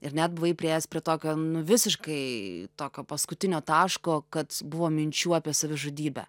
ir net buvai priėjęs prie tokio nu visiškai tokio paskutinio taško kad buvo minčių apie savižudybę